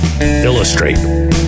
illustrate